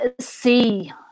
see